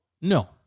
No